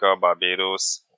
Barbados